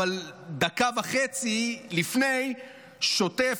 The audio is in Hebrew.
אבל דקה וחצי לפני שוטף,